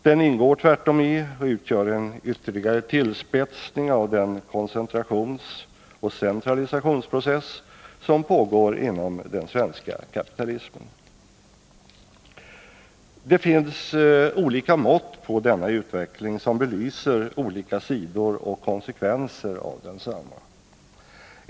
Den ingår tvärtom i och utgör en ytterligare tillspetsning av den koncentrationsoch centralisationsprocess som pågår inom den svenska kapitalismen. Det finns olika mått på denna utveckling som belyser olika sidor och konsekvenser av densamma.